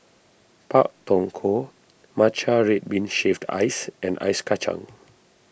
Pak Thong Ko Matcha Red Bean Shaved Ice and Ice Kachang